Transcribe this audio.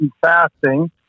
fasting